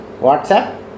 WhatsApp